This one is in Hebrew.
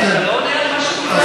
אבל אתה לא עונה על מה שדיברנו.